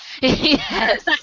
Yes